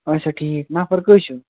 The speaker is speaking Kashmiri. اَچھا ٹھیٖک نَفَر کٔژ چھِو